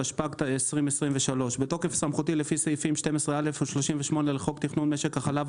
התשפ"ג 2023 בתוקף סמכותי לפי סעיפים 12(א) ו-38 לחוק תכנון משק החלב,